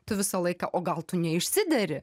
tu visą laiką o gal tu neišsideri